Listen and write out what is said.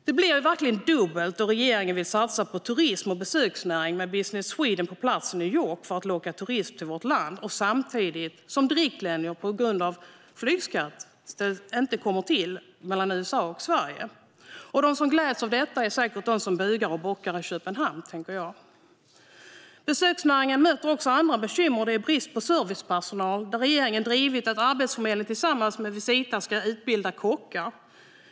Det blir verkligen dubbelt då regeringen vill satsa på turism och besöksnäring med Business Sweden på plats i New York för att locka turism till vårt land samtidigt som direktlinjer mellan USA och Sverige inte kommer till på grund av flygskatten. Jag tänker att de som gläds åt detta säkert är de som bugar och bockar i Köpenhamn. Besöksnäringen möter också andra bekymmer. Det råder brist på servicepersonal, och regeringen har drivit att Arbetsförmedlingen tillsammans med Visita ska utbilda kockar.